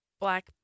Black